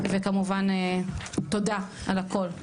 וכמובן תודה על הכל.